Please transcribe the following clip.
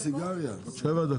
אני מחדש את הישיבה,